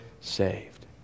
saved